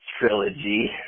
trilogy